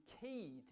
key